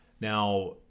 Now